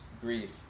grief